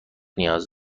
نیاز